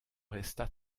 resta